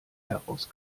heraus